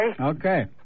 Okay